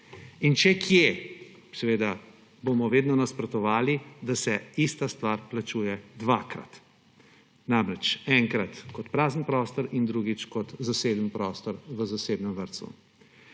In če kje, bomo vedno nasprotovali, da se ista stvar plačuje dvakrat; namreč, enkrat kot prazen prostor in drugič kot zasedeni prostor v zasebnem vrtcu.